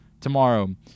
Tomorrow